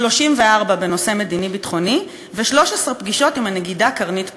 34 בנושא מדיני-ביטחוני ו-13 פגישות עם הנגידה קרנית פלוג.